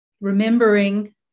remembering